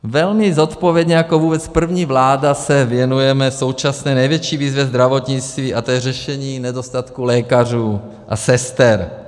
Velmi zodpovědně jako vůbec první vláda se věnujeme současné největší výzvě zdravotnictví a tou je řešení nedostatku lékařů a sester.